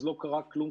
אז לא קרה כלום.